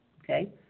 Okay